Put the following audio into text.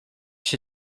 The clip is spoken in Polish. się